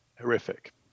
horrific